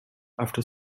after